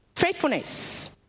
faithfulness